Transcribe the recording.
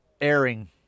airing